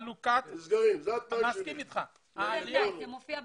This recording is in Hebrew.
זה מופיע במתווה.